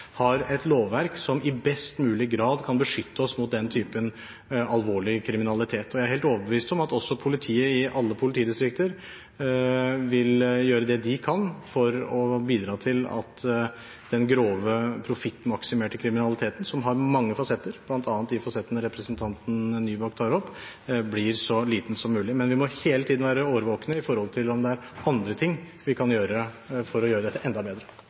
har et lovverk som i best mulig grad kan beskytte oss mot den typen alvorlig kriminalitet. Jeg er helt overbevist om at også politiet i alle politidistrikter vil gjøre det de kan for å bidra til at den grove, profittmaksimerte kriminaliteten, som har mange fasetter, bl.a. de fasetter som representanten Nybakk tar opp, blir så liten som mulig. Men vi må hele tiden være årvåkne med hensyn til om det er andre ting vi kan gjøre – for å gjøre dette enda bedre.